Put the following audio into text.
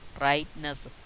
rightness